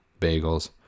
bagels